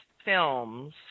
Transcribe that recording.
Films